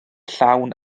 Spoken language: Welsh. llawn